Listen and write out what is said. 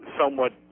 somewhat